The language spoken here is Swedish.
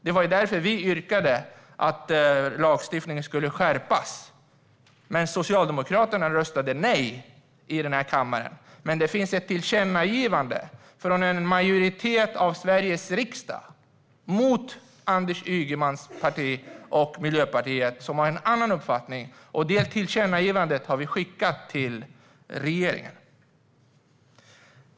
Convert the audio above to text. Det var därför vi yrkade på att lagstiftningen skulle skärpas. Socialdemokraterna röstade nej i kammaren. Men det finns ett tillkännagivande från en majoritet i Sveriges riksdag mot Anders Ygemans parti och Miljöpartiet, som har en annan uppfattning. Det tillkännagivandet har vi skickat till regeringen.